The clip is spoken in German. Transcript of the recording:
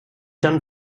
dann